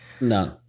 No